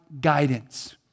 guidance